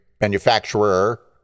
manufacturer